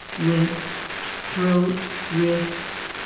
lips throat, wrists,